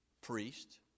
priest